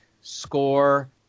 score